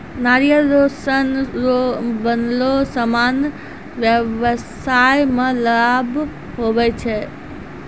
नारियल रो सन रो बनलो समान व्याबसाय मे लाभ हुवै छै